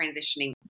transitioning